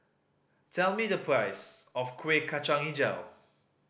tell me the price of Kuih Kacang Hijau